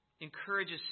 encourages